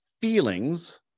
feelings